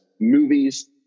movies